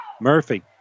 Murphy